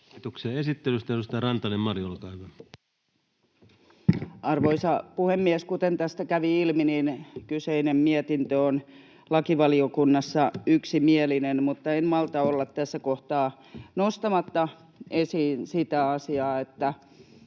13 §:n muuttamisesta Time: 20:12 Content: Arvoisa puhemies! Kuten tästä kävi ilmi, kyseinen mietintö on lakivaliokunnassa yksimielinen, mutta en malta olla tässä kohtaa nostamatta esiin sitä asiaa, että